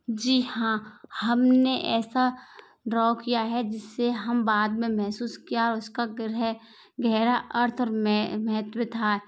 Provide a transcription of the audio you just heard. जी हाँ हमने ऐसा ड्रॉ किया है जिससे हम बाद में महसूस किया उसका महसूस किया उसका गहरा अर्थ में महत्व था